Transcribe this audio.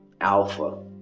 Alpha